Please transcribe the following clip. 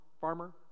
farmer